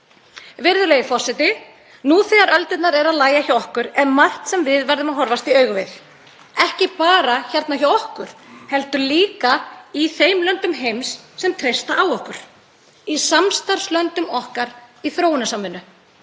Virðulegi forseti. Nú þegar öldurnar er að lægja hjá okkur er margt sem við verðum að horfast í augu við, ekki bara hérna hjá okkur heldur líka í þeim löndum heims sem treysta á okkur, í samstarfslöndum okkar í þróunarsamvinnu.